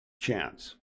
chance